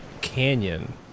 canyon